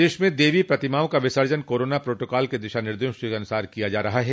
प्रदेश में देवी प्रतिमाओं का विसर्जन कोरोना प्रोटाकॉल के दिशा निर्देशों के अनुसार किया जा रहा है